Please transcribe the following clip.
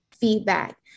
feedback